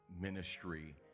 ministry